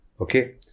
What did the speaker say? Okay